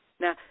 Now